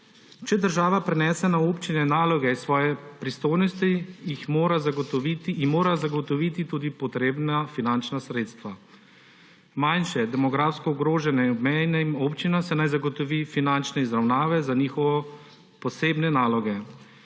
Če država prenese na občine naloge iz svoje pristojnosti, ji mora zagotoviti tudi potrebna finančna sredstva. Manjšim, demografsko ogroženim in obmejnim občinam se naj zagotovijo finančne izravnave za njihove posebne naloge.